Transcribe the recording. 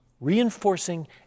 reinforcing